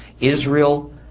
Israel